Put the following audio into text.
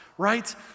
right